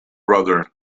brother